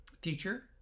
Teacher